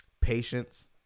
patience